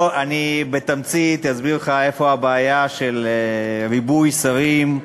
בתמצית אסביר לך איפה הבעיה של ריבוי שרים,